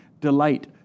delight